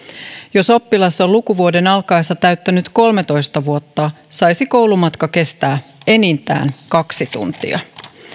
jos oppilas on lukuvuoden alkaessa täyttänyt kolmetoista vuotta saisi koulumatka kestää enintään kaksi tuntia